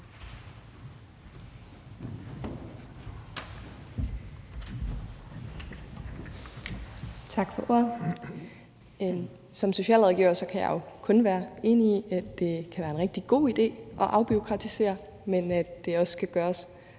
Tak for ordet. Som socialrådgiver kan jeg jo kun være enig i, at det kan være en rigtig god idé at afbureaukratisere, men at det også skal gøres